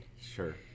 Sure